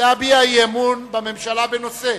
להביע אי-אמון בממשלה בנושא: